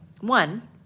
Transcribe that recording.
one